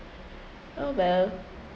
oh well